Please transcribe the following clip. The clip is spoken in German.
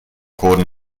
coden